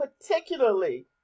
particularly